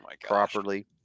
properly